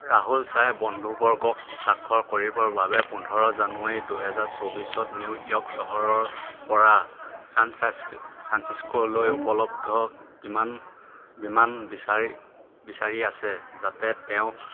ৰাহুল শ্বাহে বন্ধুবৰ্গক সাক্ষৰ কৰিবৰ বাবে পোন্ধৰ জানুৱাৰী দুহেজাৰ চৌবিছত নিউ ইয়ৰ্ক চহৰৰপৰা ছান ফ্ৰান্সিস্কোলৈ উপলব্ধ কিমান বিমান বিমান বিচাৰি আছে যাতে তেওঁ